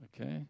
Okay